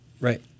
right